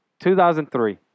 2003